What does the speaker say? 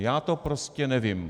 Já to prostě nevím.